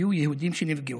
היו יהודים שנפגעו,